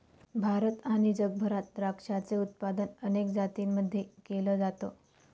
भारत आणि जगभरात द्राक्षाचे उत्पादन अनेक जातींमध्ये केल जात